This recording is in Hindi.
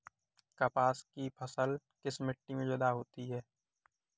कपास की फसल किस मिट्टी में ज्यादा होता है?